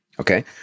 Okay